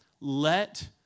let